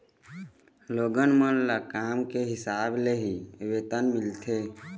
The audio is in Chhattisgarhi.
लोगन मन ल काम के हिसाब ले ही वेतन मिलथे